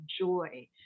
joy